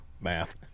math